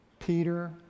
Peter